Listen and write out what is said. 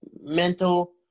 mental